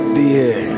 dear